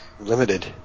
limited